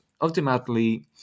ultimately